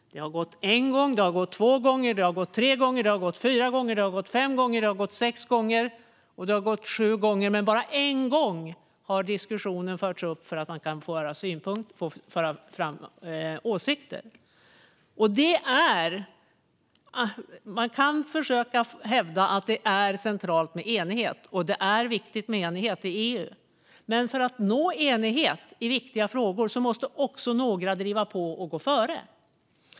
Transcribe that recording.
Det har gått en gång, det har gått två gånger, det har gått tre gånger, det har gått fyra gånger, det har gått fem gånger, det har gått sex gånger och det har gått sju gånger, men bara en gång har diskussionen förts upp så att man har kunnat framföra åsikter. Man kan försöka hävda att det är centralt med enighet, och det är viktigt med enighet i EU. Men för att nå enighet i viktiga frågor måste också några driva på och gå före.